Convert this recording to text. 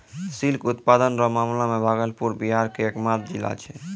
silk उत्पादन रो मामला मे भागलपुर बिहार के एकमात्र जिला छै